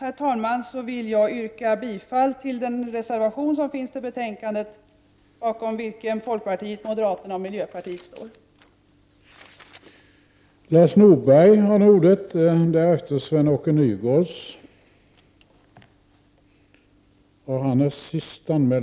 Med det sagda vill jag yrka bifall till den reservation som är fogad till betänkandet och som folkpartiet, miljöpartiet och moderata samlingspartiet står bakom.